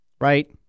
right